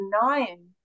denying